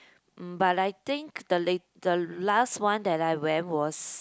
mm but I think the late~ the last one that I went was